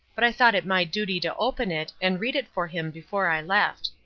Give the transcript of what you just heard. but i thought it my duty to open it and read it for him before i left.